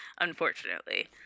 Unfortunately